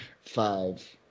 five